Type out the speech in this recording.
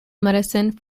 medicine